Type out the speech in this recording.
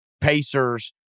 Pacers